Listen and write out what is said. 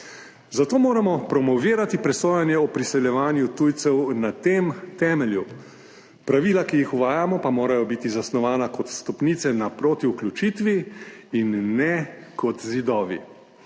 zato moramo promovirati presojanje o priseljevanju tujcev na tem temelju. Pravila, ki jih uvajamo, pa morajo biti zasnovana kot stopnice naproti vključitvi in ne kot zidovi.